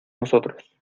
nosotros